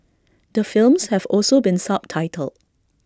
the films have also been subtitled